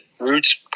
roots